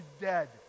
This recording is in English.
dead